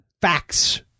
facts